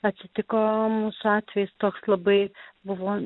atsitiko mūsų atvejis toks labai buvo